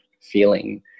feeling